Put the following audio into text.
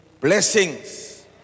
blessings